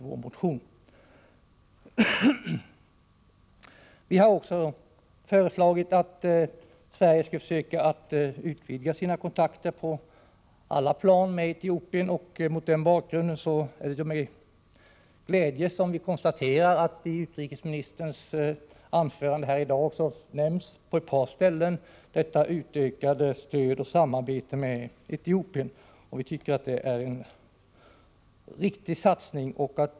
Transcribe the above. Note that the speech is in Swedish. Vi har också föreslagit att Sverige skall försöka utvidga sina kontakter med Etiopien på alla plan. Mot den bakgrunden är det med glädje vi konstaterar att detta utökade stöd till och samarbete med Etiopien nämnts på ett par ställen i utrikesministerns anförande här i dag. Vi tycker att det är en riktig satsning.